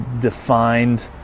defined